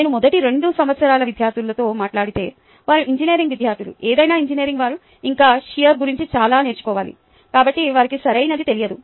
నేను మొదటి రెండవ సంవత్సరం విద్యార్థులతో మాట్లాడితే వారు ఇంజనీరింగ్ విద్యార్థులు ఏదైనా ఇంజనీరింగ్ వారు ఇంకా షియర్ గురించి చాలా నేర్చుకోవాలి కాబట్టి వారికి సరైనది తెలియదు